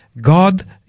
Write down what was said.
God